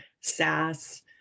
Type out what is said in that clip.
SaaS